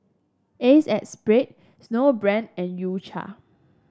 Acexspade Snowbrand and U Cha